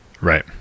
Right